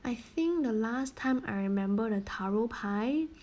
I think the last time I remember the taro pie